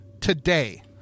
today